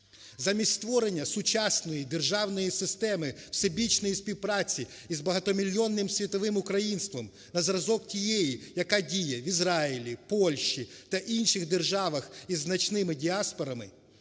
Замість створення сучасної державної системи всебічної співпраці із багатомільйонним світовим українством, на зразок тієї, яка діє в Ізраїлі, Польщі та інших державах із значними діаспорами,